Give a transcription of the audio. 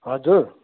हजुर